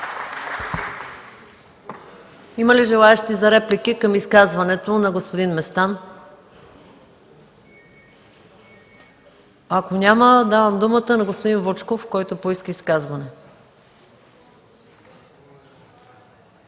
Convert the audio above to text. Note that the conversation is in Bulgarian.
Има ли желаещи за реплики към изказването на господин Местан? Давам думата на господин Вучков, който поиска изказване.